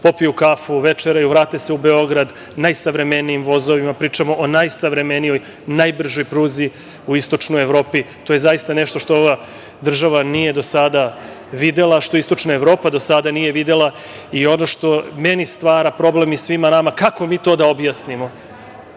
popiju kafu, večeraju, vrate se u Beograd. Najsavremeniji vozovi, pričam o najsavremenijoj, najbržoj pruzi u istočnoj Evropi. To je zaista nešto što ova država nije do sada videla, što istočna Evropa do sada nije videla i ono što meni stvara problem i svima nama - kako mi to da objasnimo